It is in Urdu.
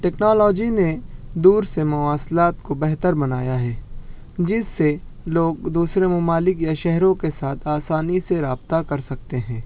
ٹیکنالوجی نے دور سے مواصلات کو بہتر بنایا ہے جس سے لوگ دوسرے ممالک یا شہروں کے ساتھ آسانی سے رابطہ کرسکتے ہیں